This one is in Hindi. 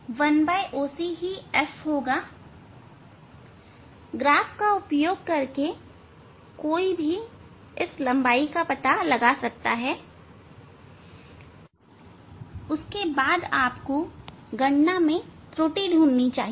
1 OC ही f होगा ग्राफ का उपयोग करके कोई भी लंबाई का पता लगा सकता है उसके बाद आपको गणना में त्रुटि ढूंढनी चाहिए